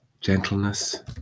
gentleness